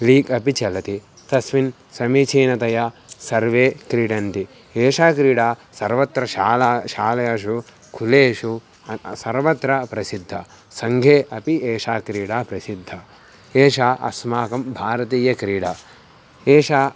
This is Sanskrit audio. लीग् अपि चलति तस्मिन् समीचीनतया सर्वे क्रीडन्ति एषा क्रीडा सर्वत्र शाला शालासु कुलेषु सर्वत्र प्रसिद्धा सङ्घे अपि एषा क्रीडा प्रसिद्धा एषा अस्माकं भारतीयक्रीडा एषा